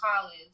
college